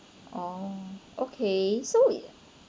oh okay so it